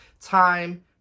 Time